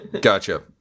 Gotcha